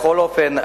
בכל אופן,